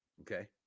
Okay